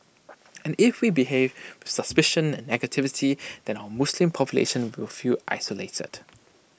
and if we behave suspicion and negativity then our Muslim population will feel isolated